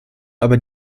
aber